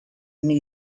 new